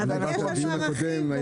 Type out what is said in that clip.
הקודם.